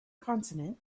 consonant